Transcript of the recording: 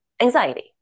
anxiety